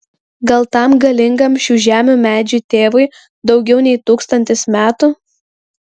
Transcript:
gal tam galingam šių žemių medžių tėvui daugiau nei tūkstantis metų